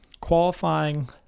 qualifying